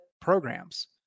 programs